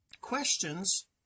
questions